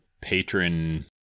patron